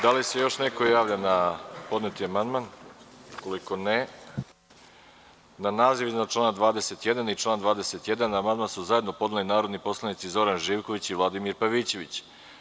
Da li se još neko javlja na podneti amandman? (Ne.) Na naziv iznad člana 21. i član 21. amandman su zajedno podneli narodni poslanici Zoran Živković i Vladimir Pavićević.